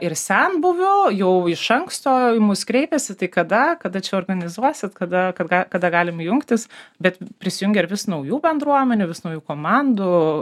ir senbuvių jau iš anksto į mus kreipiasi tai kada kada čia organizuosit kada kada kada galim jungtis bet prisijungia ir vis naujų bendruomenių vis naujų komandų